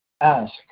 ask